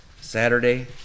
Saturday